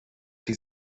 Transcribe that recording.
die